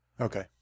Okay